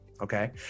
okay